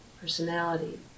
personality